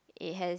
it has